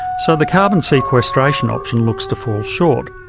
so the carbon sequestration option looks to fall short.